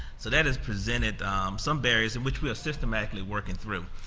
so that has presented some barriers in which we are systematically working through.